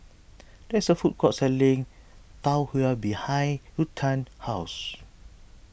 there is a food court selling Tau Huay behind Ruthann's house